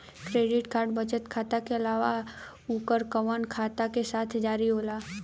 Debit card बचत खाता के अलावा अउरकवन खाता के साथ जारी होला?